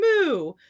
moo